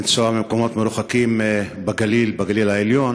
שנאלצים כמובן לנסוע ממקומות מרוחקים בגליל העליון